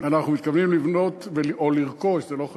אנחנו מתכוונים לבנות, או לרכוש, זה לא חשוב,